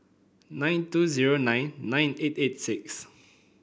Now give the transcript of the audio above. nine two zero nine nine eight eight six